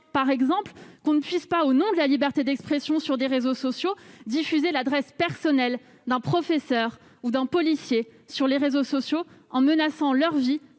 par exemple, qu'on ne puisse pas, au nom de la liberté d'expression sur les réseaux sociaux, y diffuser l'adresse personnelle d'un professeur ou d'un policier en menaçant leur vie,